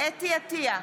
חוה אתי עטייה,